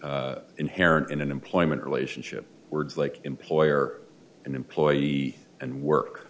inherent in an employment relationship words like employer and employee and work